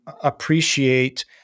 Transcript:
appreciate